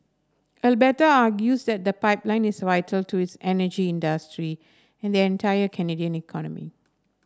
Alberta argues that the pipeline is vital to its energy industry and the entire Canadian economy